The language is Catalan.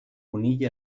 conill